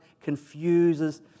confuses